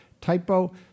typo